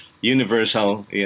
universal